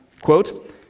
Quote